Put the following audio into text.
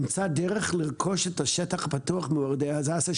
נמצא דרך לרכוש את השטח הפתוח במורדות הדסה,